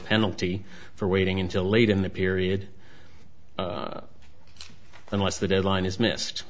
penalty for waiting until late in the period unless the deadline is missed